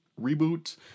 reboot